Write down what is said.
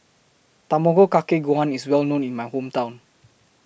Tamago Kake Gohan IS Well known in My Hometown